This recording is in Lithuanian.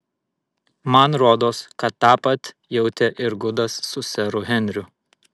man rodos kad tą pat jautė ir gudas su seru henriu